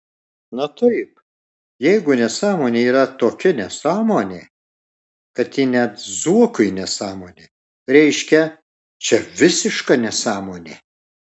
na taip jeigu nesąmonė yra tokia nesąmonė kad ji net zuokui nesąmonė reiškia čia visiška nesąmonė